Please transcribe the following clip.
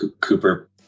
Cooper